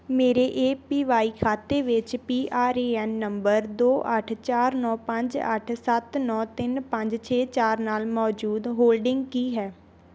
ਮੇਰੇ A P Y ਖਾਤੇ ਵਿੱਚ ਪੀ ਆਰ ਏ ਐਨ ਨੰਬਰ ਦੋ ਅੱਠ ਚਾਰ ਨੌ ਪੰਜ ਅੱਠ ਸੱਤ ਨੌ ਤਿੰਨ ਪੰਜ ਛੇ ਚਾਰ ਨਾਲ ਮੌਜੂਦ ਹੋਲਡਿੰਗ ਕੀ ਹੈ